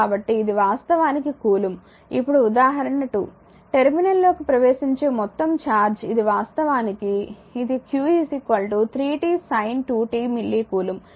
కాబట్టి ఇది వాస్తవానికి కూలుంబ్ ఇప్పుడు ఉదాహరణ 2 టెర్మినల్లోకి ప్రవేశించే మొత్తం ఛార్జ్ ఇది వాస్తవానికి ఇది q 3t sin 2 t milli coulomb